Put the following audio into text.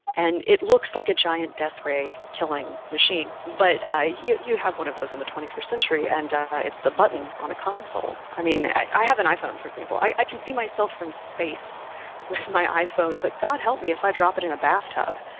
and it looks like a giant death-ray killing machine. but you you have one of those in the twenty first century, and it's the button on a console. i mean, i have an iphone, for example. i i can see myself from space with my iphone, but god help me, if i drop it in a bathtub,